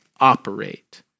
Operate